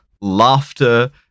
laughter